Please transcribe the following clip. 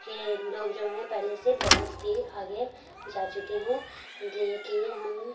के लोग जो हैं पहले से बहुत ही आगे जा चुके हैं लेकिन हम